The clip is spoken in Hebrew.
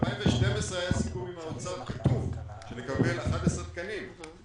ב-2012 היה סיכום עם האוצר שנקבל 11 תקנים,